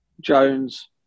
Jones